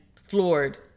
floored